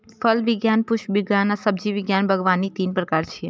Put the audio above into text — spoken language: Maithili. फल विज्ञान, पुष्प विज्ञान आ सब्जी विज्ञान बागवानी तीन प्रकार छियै